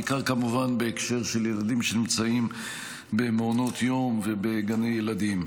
בעיקר כמובן בהקשר של ילדים שנמצאים במעונות יום ובגני ילדים.